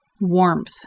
warmth